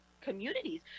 communities